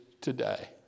today